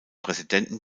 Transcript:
präsidenten